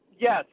Yes